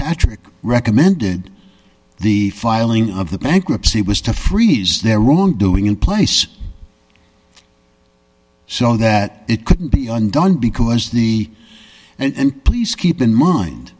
fitzpatrick recommended the filing of the bankruptcy was to freeze their wrongdoing in place so that it couldn't be undone because the and please keep in mind